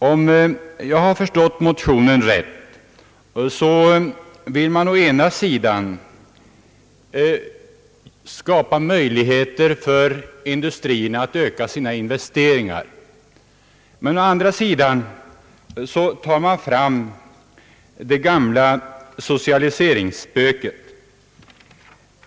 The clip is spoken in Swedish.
Om jag förstått motionärerna rätt, vill de å ena sidan skapa möjligheter för industrierna att öka sina investeringar, men å andra sidan tar de fram det gamla socialiseringsspöket.